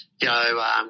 go